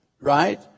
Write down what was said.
right